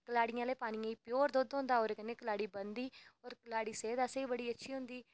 कलाड़ी आह्ले पानी च प्योर दुद्ध बनदा ओह्दे कन्नै कलाड़ी बनदी होर कलाड़ी सेह्त आस्तै बी बड़ी अच्छी होंदी